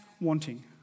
wanting